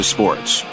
Sports